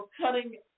cutting